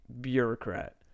bureaucrat